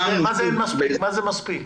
מה זה "מספיק"?